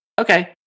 Okay